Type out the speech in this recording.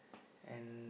and